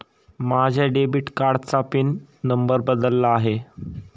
माझ्या डेबिट कार्डाचा pin number बदलला आहे